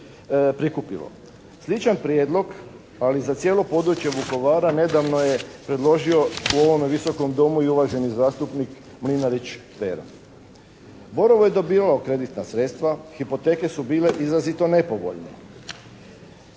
Sličan prijedlog ali za cijelo područje Vukovara nedavno je predložio u ovome visokom Domu i uvaženi zastupnik Mlinarić Pero. "Borovo" je dobivalo kreditna sredstva, hipoteke su bile izrazito nepovoljne.